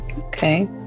Okay